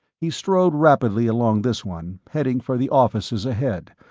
he strode rapidly along this one, heading for the offices ahead,